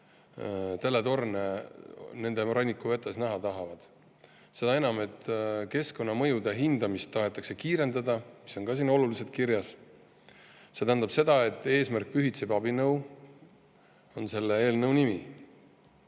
teletorne oma rannikuvetes näha [ei taha]. Seda enam, et keskkonnamõjude hindamist tahetakse kiirendada – see on ka siin olulisena kirjas. See tähendab, et "Eesmärk pühitseb abinõu" on selle eelnõu nimi.